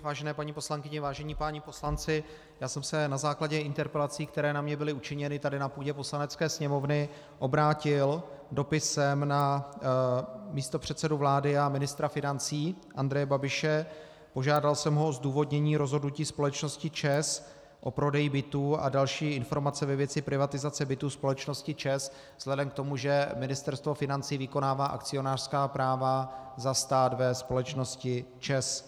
Vážené paní poslankyně, vážení páni poslanci, já jsem se na základě interpelací, které na mě byly učiněny tady na půdě Poslanecké sněmovny, obrátil dopisem na místopředsedu vlády a ministra financí Andreje Babiše a požádal jsem ho o zdůvodnění rozhodnutí společnosti ČEZ o prodeji bytů a další informace ve věci privatizace bytů společnosti ČEZ vzhledem k tomu, že Ministerstvo financí vykonává akcionářská práva za stát ve společnosti ČEZ.